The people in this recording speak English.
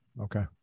okay